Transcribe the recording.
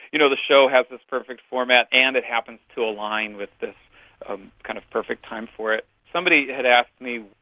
you know, the show has this perfect format and it happens to align with this ah kind of perfect time for it. somebody had asked me,